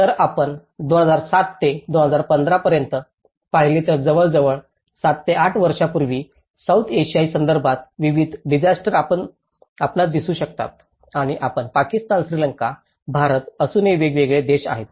तर जर आपण 2007 ते 2015 पर्यंत पाहिले तर जवळजवळ 7 ते 8 वर्षापूर्वी सौथ आशियाई संदर्भात विविध डिसास्टर आपणास दिसू शकतात आणि आपण पाकिस्तान श्रीलंका भारत असूनही वेगवेगळे देश आहोत